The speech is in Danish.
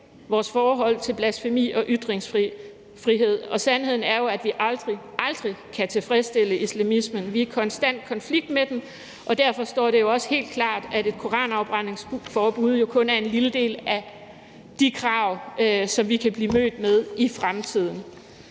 vores forhold til blasfemi og ytringsfrihed, og sandheden er jo, at vi aldrig – aldrig – kan tilfredsstille islamismen. Vi er i konstant konflikt med den, og derfor står det jo også helt klart, at et koranafbrændingsforbud kun er en lille del af de krav, som vi kan blive mødt med i fremtiden.